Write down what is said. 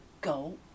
go